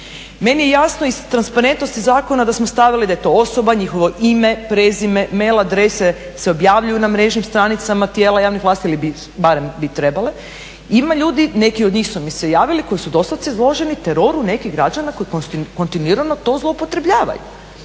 Meni je jasno iz transparentnosti zakona da smo stavili da je to osoba, njihovo ime, prezime, mail adrese se objavljuju na mrežnim stranicama tijela javnih vlasti ili barem bi trebale. Ima ljudi, neki od njih su mi se javili koji su doslovce izloženi teroru nekih građana koji kontinuirano to zloupotrebljavaju.